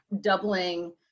doubling